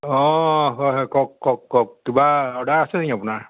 অঁ হয় হয় কওক কওক কওক কিবা অৰ্ডাৰ আছে নি আপোনাৰ